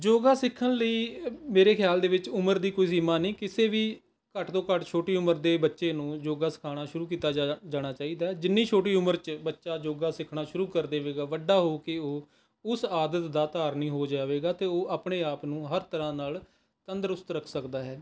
ਯੋਗਾ ਸਿੱਖਣ ਲਈ ਮੇਰੇ ਖ਼ਿਆਲ ਦੇ ਵਿੱਚ ਉਮਰ ਦੀ ਕੋਈ ਸੀਮਾ ਨਹੀਂ ਕਿਸੇ ਵੀ ਘੱਟ ਤੋਂ ਘੱਟ ਛੋਟੀ ਉਮਰ ਦੇ ਬੱਚੇ ਨੂੰ ਯੋਗਾ ਸਿਖਾਉਣਾ ਸ਼ੁਰੂ ਕੀਤਾ ਜਾ ਜਾਣਾ ਚਾਹੀਦਾ ਹੈ ਜਿੰਨੀ ਛੋਟੀ ਉਮਰ ਵਿੱਚ ਬੱਚਾ ਯੋਗਾ ਸਿੱਖਣਾ ਸ਼ੁਰੂ ਕਰ ਦੇਵੇਗਾ ਵੱਡਾ ਹੋ ਕੇ ਉਹ ਉਸ ਆਦਤ ਦਾ ਧਾਰਨੀ ਹੋ ਜਾਵੇਗਾ ਅਤੇ ਉਹ ਆਪਣੇ ਆਪ ਨੂੰ ਹਰ ਤਰ੍ਹਾਂ ਨਾਲ ਤੰਦਰੁਸਤ ਰੱਖ ਸਕਦਾ ਹੈ